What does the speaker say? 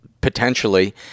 potentially